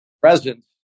presence